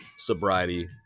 Sobriety